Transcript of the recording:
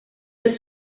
del